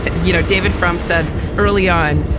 but you know, david frum said early on,